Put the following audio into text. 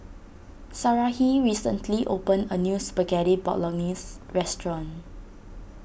Sarahi recently opened a new Spaghetti Bolognese restaurant